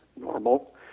normal